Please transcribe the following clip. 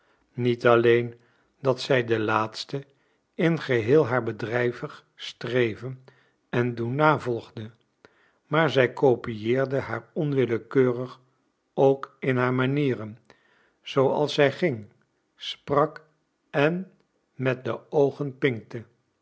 niet alleen dat zij de laatste in geheel haar bedrijvig streven en doen navolgde maar zij copiëerde haar onwillekeurig ook in haar manieren zooals zij ging sprak en met de oogen pinkte